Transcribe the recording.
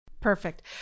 Perfect